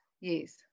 yes